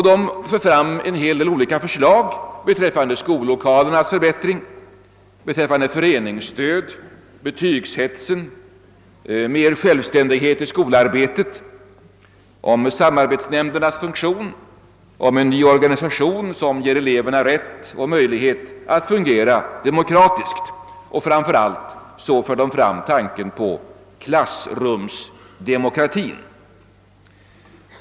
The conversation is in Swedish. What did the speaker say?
De för fram en hel del olika förslag beträffande skollokalernas förbättring, beträffande föreningsstöd, betygshets, mer självständighet i skolarbetet, samarbetsnämndernas funktion, en ny organisation som ger eleverna rätt att fungera demokratiskt. Framför allt framför de tanken på klassrumsdemokrati.